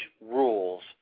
rules